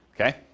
okay